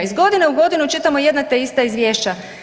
Iz godine u godinu čitamo jedna te ista izvješća.